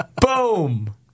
Boom